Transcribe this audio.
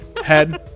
head